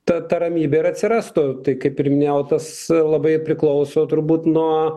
ta ta ramybė ir atsirastų tai kaip ir minėjau tas labai priklauso turbūt nuo